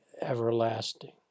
everlasting